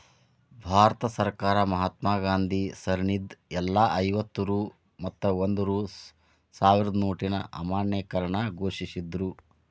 ಭಾರತ ಸರ್ಕಾರ ಮಹಾತ್ಮಾ ಗಾಂಧಿ ಸರಣಿದ್ ಎಲ್ಲಾ ಐವತ್ತ ರೂ ಮತ್ತ ಒಂದ್ ರೂ ಸಾವ್ರದ್ ನೋಟಿನ್ ಅಮಾನ್ಯೇಕರಣ ಘೋಷಿಸಿದ್ರು